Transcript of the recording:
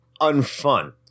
unfun